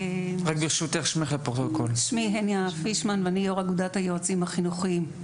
שמי הניה פישמן ואני יו"ר אגודת היועצים החינוכיים.